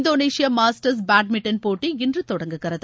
இந்தோளேசிய masters badminton போட்டி இன்று தொடங்குகிறது